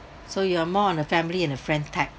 so you are more on a family and a friend type